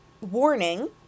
warning